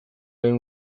lehen